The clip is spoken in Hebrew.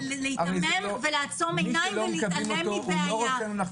מקלב, זה להיתמם, לעצום עיניים ולהתעלם מבעיה.